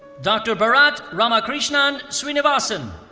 dr. bharat ramakrishnan srinivasan.